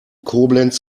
koblenz